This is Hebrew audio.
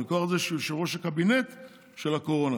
מכוח זה שהוא יושב-ראש הקבינט של הקורונה.